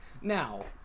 Now